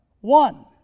one